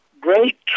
great